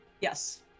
Yes